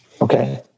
okay